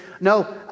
No